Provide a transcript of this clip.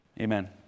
Amen